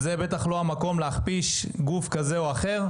זה בטח לא המקום להכפיש גוף כזה או אחר.